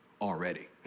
already